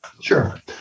Sure